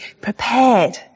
prepared